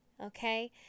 Okay